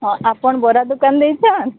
ହଁ ଆପଣ ବରା ଦୋକାନ ଦେଇଛନ୍ତି